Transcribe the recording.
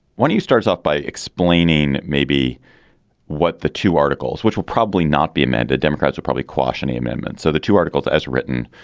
when he starts off by explaining maybe what the two articles, which will probably not be amended, democrats are probably quash any amendments. so the two articles as written.